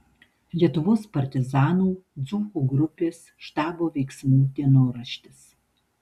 lietuvos partizanų dzūkų grupės štabo veiksmų dienoraštis